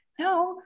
no